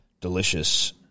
delicious